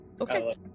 okay